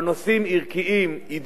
אבל נושאים ערכיים-אידיאולוגיים